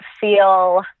feel